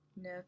No